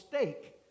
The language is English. stake